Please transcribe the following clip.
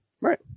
Right